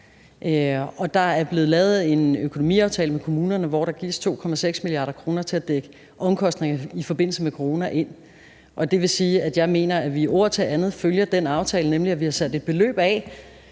der er blevet lavet en økonomiaftale med kommunerne, hvor der gives 2,6 mia. kr. til at dække omkostningerne i forbindelse med coronaen ind. Det vil sige, at jeg mener, at vi ord til andet følger den aftale, nemlig at vi har sat et beløb af,